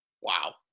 Wow